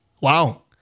Wow